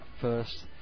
first